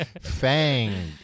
Fang